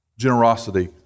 generosity